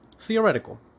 theoretical